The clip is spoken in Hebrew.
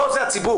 ופה זה הציבור.